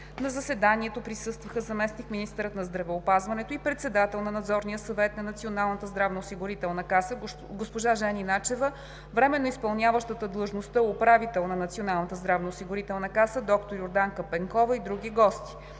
На заседанието присъстваха: заместник-министърът на здравеопазването и председател на Надзорния съвет на Националната здравноосигурителна каса госпожа Жени Начева, временно изпълняващата длъжността управител на Националната здравноосигурителна каса доктор Йорданка Пенкова и други гости.